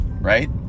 right